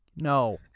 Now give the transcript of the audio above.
No